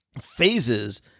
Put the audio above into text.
phases